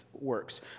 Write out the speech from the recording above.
works